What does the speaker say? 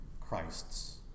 Christ's